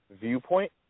Viewpoint